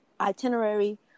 itinerary